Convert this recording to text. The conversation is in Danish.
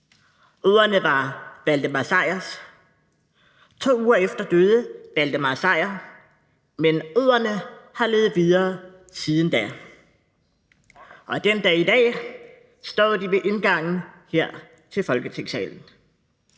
Ordene var Valdemar Sejrs. To uger efter døde Valdemar Sejr, men ordene har levet videre siden da, og den dag i dag står de ved indgangen her til Folketingssalen.